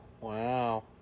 Wow